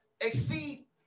exceed